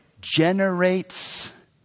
generates